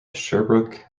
sherbrooke